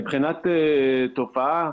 מבחינת תופעה,